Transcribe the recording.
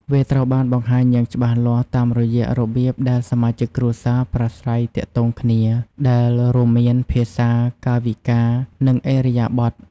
វាត្រូវបានបង្ហាញយ៉ាងច្បាស់លាស់តាមរយៈរបៀបដែលសមាជិកគ្រួសារប្រាស្រ័យទាក់ទងគ្នា ដែលរួមមាន ភាសា កាយវិការ និងឥរិយាបថ។